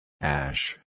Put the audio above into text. Ash